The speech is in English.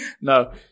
No